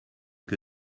que